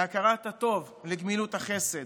להכרת הטוב, לגמילות החסד.